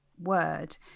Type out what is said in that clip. word